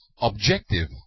Objective